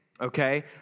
okay